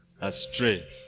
astray